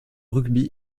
rugby